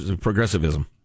progressivism